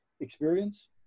experience